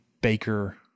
Baker